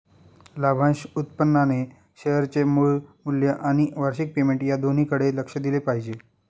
लाभांश उत्पन्नाने शेअरचे मूळ मूल्य आणि वार्षिक पेमेंट या दोन्हीकडे लक्ष दिले पाहिजे